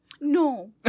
No